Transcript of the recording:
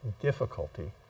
difficulty